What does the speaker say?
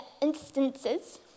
instances